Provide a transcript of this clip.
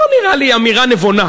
זו לא נראית לי אמירה נבונה,